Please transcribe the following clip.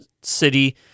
city